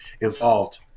involved